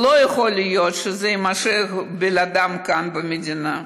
ולא יכול להיות שזה יימשך בלעדיהם כאן במדינה.